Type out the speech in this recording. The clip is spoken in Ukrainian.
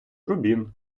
рубін